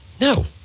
No